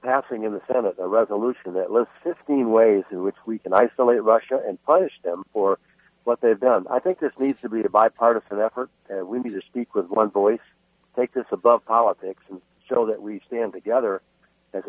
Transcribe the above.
passing in the senate a resolution that lists fifteen ways in which we can isolate russia and punish them for what they've done i think this needs to be a bipartisan effort we need to speak with one voice take this above politics so that we stand together as